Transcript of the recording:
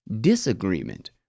disagreement